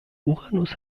uranus